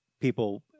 people